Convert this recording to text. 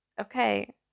okay